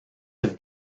have